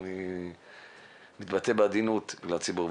ואני מתבטא בעדינות, לציבור.